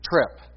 trip